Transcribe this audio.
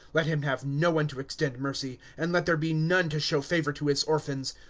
let him have no one to extend mercy, and let there be none to show favor to his orphans,